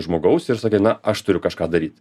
žmogaus ir sakai na aš turiu kažką daryt